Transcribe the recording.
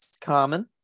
common